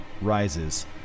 rises